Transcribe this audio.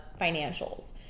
financials